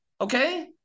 Okay